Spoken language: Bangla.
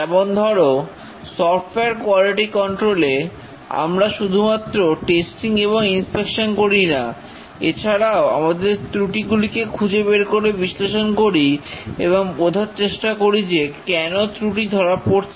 যেমন ধরো সফটওয়্যার কোয়ালিটি কন্ট্রোল এ আমরা শুধুমাত্র টেস্টিং এবং ইনস্পেকশন করিনা এছাড়াও আমরা ত্রুটিগুলিকে খুঁজে বের করে বিশ্লেষণ করি এবং বোঝার চেষ্টা করি যে কেন ত্রুটি ধরা পড়ছে